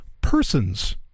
persons